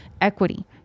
equity